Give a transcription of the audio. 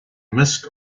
missed